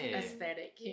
aesthetic